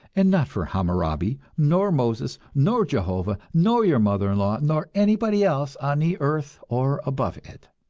and not for hammurabi, nor moses, nor jehovah, nor your mother-in-law, nor anybody else on the earth or above it.